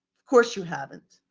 of course you haven't.